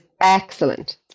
excellent